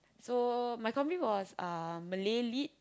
so my combi was uh Malay Lit